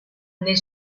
nel